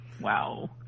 Wow